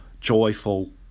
joyful